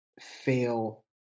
fail